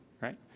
right